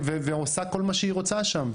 ועושה כל מה שהיא רוצה שם.